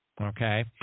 Okay